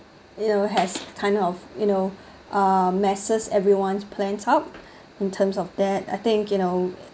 you know has kind of you know uh messes everyone's plans up in terms of that I think you know